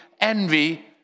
envy